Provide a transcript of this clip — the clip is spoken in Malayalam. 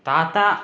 താത്ത